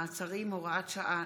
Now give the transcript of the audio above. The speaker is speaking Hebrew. מעצרים) (הוראת שעה,